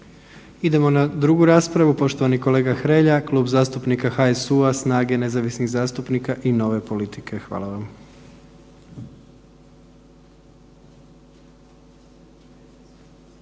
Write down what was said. Idemo na drugu raspravu, poštovani kolega Hrelja, Klub zastupnika HSU-a, SNAGA-e, nezavisnih zastupnika i nove politike. Hvala vam.